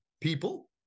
people